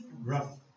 rough